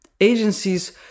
agencies